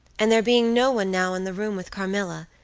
and there being no one now in the room with carmilla,